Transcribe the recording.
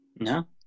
No